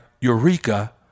Eureka